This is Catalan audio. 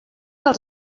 els